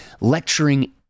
lecturing